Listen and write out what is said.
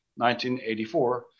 1984